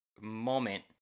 moment